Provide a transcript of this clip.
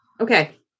Okay